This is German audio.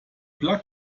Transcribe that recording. plug